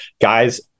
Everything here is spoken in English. guys